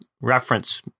reference